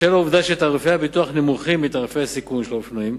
בשל העובדה שתעריפי הביטוח נמוכים מתעריפי הסיכון של האופנועים,